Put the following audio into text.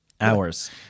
hours